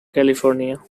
california